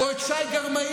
או את שי גרמאי,